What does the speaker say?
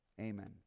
amen